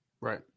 Right